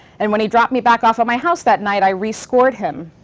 and when he dropped me back off at my house that night i re-scored him